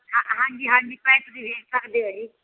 ਹਾਂਜੀ ਹਾਂਜੀ